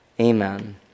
Amen